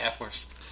hours